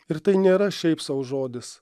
ir tai nėra šiaip sau žodis